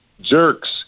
jerks